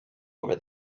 over